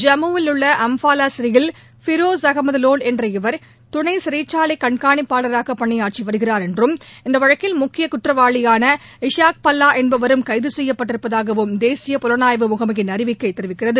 ஜம்முவில் உள்ள அம்பல்லா சிறையில் பெரோஸ் அகமது லோன் என்ற இவர் துணை சிறைச்சாலை கண்காணிப்பளாராக பணியாற்றி வருகிறார் என்றும் இந்த வழக்கில் முக்கிய குற்றவாளியான இஷாக் பல்லா என்பவரும் கைது செய்யப்பட்டிருப்பதாகவும் தேசிய புலணாய்வு முகமையின் அறிக்கை தெரிவிக்கிறது